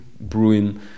brewing